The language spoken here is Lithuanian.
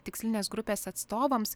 tikslinės grupės atstovams